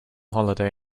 holiday